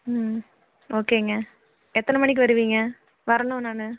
ம் ஓகேங்க எத்தனை மணிக்கு வருவீங்க வரணும் நான்